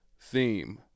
theme